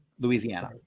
Louisiana